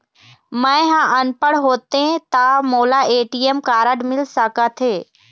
मैं ह अनपढ़ होथे ता मोला ए.टी.एम कारड मिल सका थे?